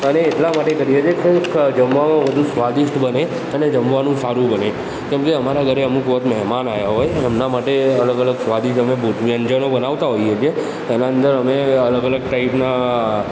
અને એટલા માટે કરીએ છીએ કે જમવાનું વધુ સ્વાદિષ્ટ બને અને જમવાનું સારું બને કેમ કે અમારા ઘરે અમુક વખત મહેમાન આવ્યાં હોય અને એમનાં માટે અલગ અલગ સ્વાદિષ્ટ અમે ભોજન વ્યંજનો બનાવતા હોઇએ છીએ એનાં અંદર અમે અલગ અલગ ટાઇપનાં